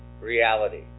reality